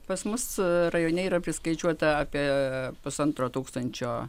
pas mus rajone yra priskaičiuota apie pusantro tūkstančio